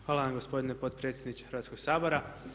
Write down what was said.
Hvala vam gospodine potpredsjedniče Hrvatskoga sabora.